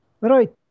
Right